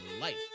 life